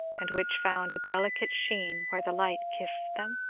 and which found a delicate sheen where the light kissed them?